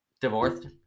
divorced